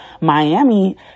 Miami